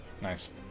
Nice